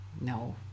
No